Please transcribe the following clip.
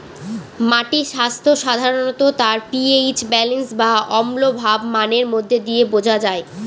মাটির স্বাস্থ্য সাধারনত তার পি.এইচ ব্যালেন্স বা অম্লভাব মানের মধ্যে দিয়ে বোঝা যায়